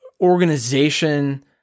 organization